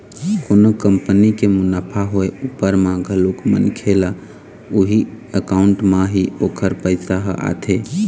कोनो कंपनी के मुनाफा होय उपर म घलोक मनखे ल उही अकाउंट म ही ओखर पइसा ह आथे